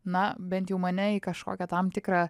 na bent jau mane į kažkokią tam tikrą